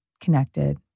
connected